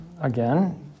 again